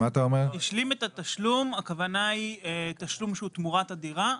השלים את התשלום הכוונה היא תשלום שהוא תמורת הדירה,